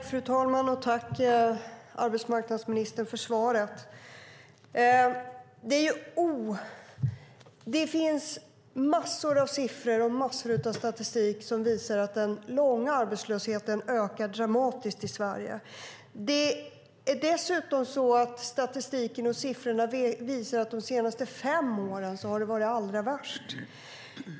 Fru talman! Jag tackar arbetsmarknadsministern för svaret. Det finns massor av siffror och massor av statistik som visar att den långa arbetslösheten ökar dramatiskt i Sverige. Dessutom visar statistiken och siffrorna att det har varit allra värst de senaste fem åren.